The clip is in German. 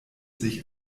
sich